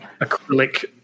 acrylic